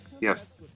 Yes